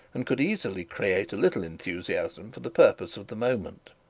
and could easily create a little enthusiasm for the purpose of the moment.